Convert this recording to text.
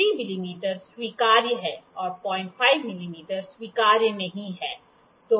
03 मिमी स्वीकार्य है और 05 मिमी स्वीकार्य नहीं है